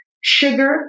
sugar